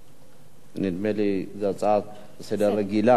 נדמה לי שזו הצעה רגילה לסדר-היום.